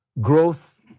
growth